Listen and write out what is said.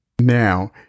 Now